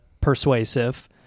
persuasive